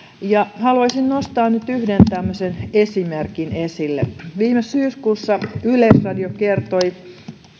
haluaisin nostaa nyt yhden tämmöisen esimerkin esille viime syyskuussa yleisradio kertoi